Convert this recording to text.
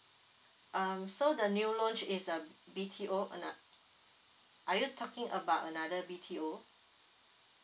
um so the new launch is a B_T_O ano~ are you talking about another B_T_O